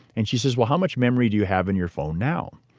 and she says, well, how much memory do you have in your phone now?